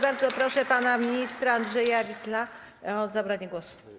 Bardzo proszę pana ministra Andrzeja Bittela o zabranie głosu.